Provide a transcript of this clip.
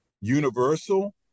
Universal